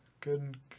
Good